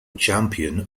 champion